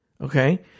Okay